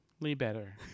better